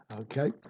Okay